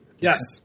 Yes